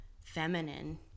feminine